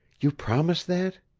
you promise that?